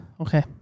Okay